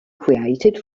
created